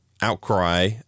outcry